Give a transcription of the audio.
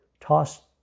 tossed